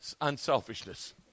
unselfishness